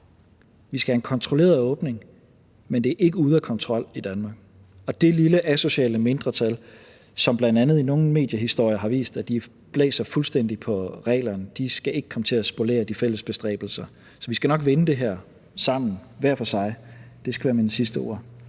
vi skal have en kontrolleret åbning, men det er ikke ude af kontrol i Danmark, og det lille asociale mindretal, som bl.a. nogle mediehistorier har vist blæser fuldstændig på reglerne, skal ikke komme til at spolere de fælles bestræbelser. Så vi skal nok vinde det her sammen – hver for sig. Det skal være mine sidste ord.